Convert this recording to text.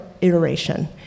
iteration